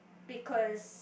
because